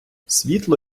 світло